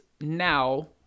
now